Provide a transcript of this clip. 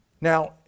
Now